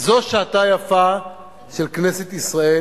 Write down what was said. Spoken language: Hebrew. זו שעתה היפה של כנסת ישראל,